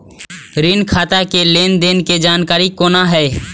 ऋण खाता के लेन देन के जानकारी कोना हैं?